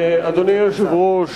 אדוני היושב-ראש,